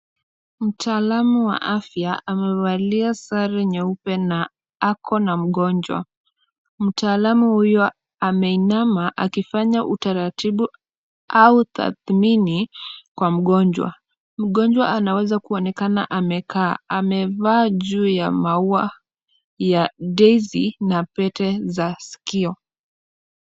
Mtaalamu wa afya amevalia sare nyeupe na ako na mgonjwa. Mtaalamu huyo ameinama akifanya utaratibu au tathmini kwa mgonjwa. Mgonjwa anaweza kuonekana amekaa. Amevaa juu ya maua ya daisy na pete za sikio.